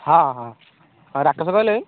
ହଁ ହଁ